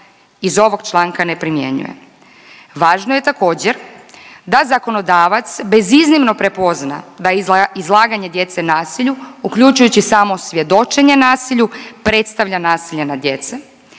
iz ovog članka ne primjenjuje. Važno je također da zakonodavac beziznimno prepozna da izlaganje djece nasilju uključujući samo svjedočenje nasilju predstavlja nasilje nad djece